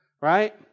Right